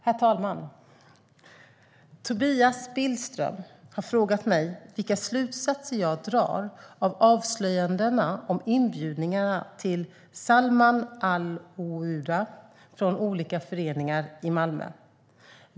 Herr talman! Tobias Billström har frågat mig vilka slutsatser jag drar av avslöjandena om inbjudningarna till Salman al-Ouda från olika föreningar i Malmö.